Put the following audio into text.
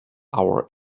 our